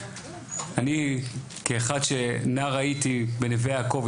אני כאחד שנער הייתי בנווה יעקב,